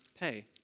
pay